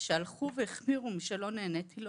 שהלכו והחמיר משלא נעניתי לו,